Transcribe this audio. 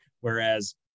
Whereas